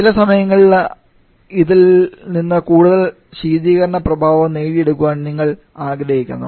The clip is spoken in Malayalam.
ചില സമയങ്ങളിൽ ഇതിൽ നിന്ന് കൂടുതൽ ശീതീകരണ പ്രഭാവം നേടിയെടുക്കാൻ നിങ്ങൾ ആഗ്രഹിക്കുന്നു